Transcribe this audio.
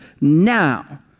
now